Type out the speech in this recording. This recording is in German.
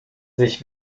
sich